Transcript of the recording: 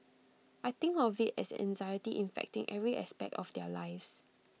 I think of IT as anxiety infecting every aspect of their lives